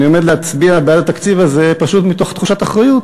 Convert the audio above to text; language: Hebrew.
אני עומד להצביע בעד התקציב הזה פשוט מתוך תחושת אחריות,